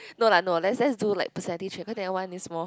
no lah no let's just do like personality trait cause that one is more